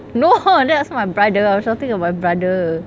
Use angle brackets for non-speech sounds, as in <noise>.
no <laughs> that was my brother I was shouting at my brother